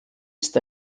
ist